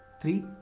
three.